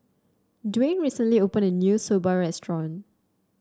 Dwain recently opened a new Soba restaurant